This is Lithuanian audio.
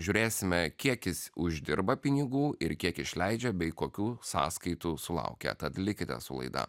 žiūrėsime kiek jis uždirba pinigų ir kiek išleidžia bei kokių sąskaitų sulaukia tad likite su laida